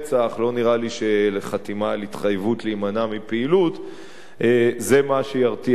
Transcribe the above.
לא נראה לי שחתימה על התחייבות להימנע מפעילות זה מה שירתיע אותו.